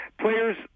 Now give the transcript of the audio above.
players